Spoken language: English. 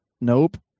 nope